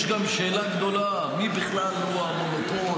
יש גם שאלה גדולה מיהו בכלל המונופול,